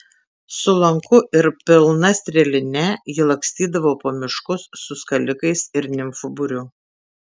su lanku ir pilna strėline ji lakstydavo po miškus su skalikais ir nimfų būriu